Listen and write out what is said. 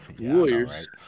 Warriors